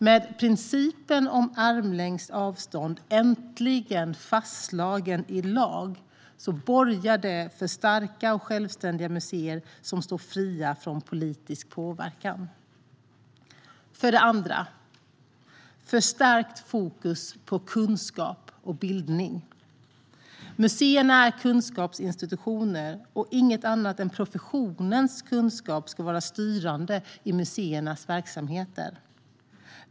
Att principen om armlängds avstånd äntligen fastslås i lag borgar för starka och självständiga museer som står fria från politisk påverkan. För det andra har vi ett förstärkt fokus på kunskap och bildning. Museerna är kunskapsinstitutioner, och inget annat än professionens kunskap ska vara styrande i museernas verksamheter.